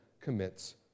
commits